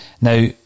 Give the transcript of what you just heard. Now